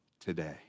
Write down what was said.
today